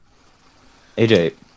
AJ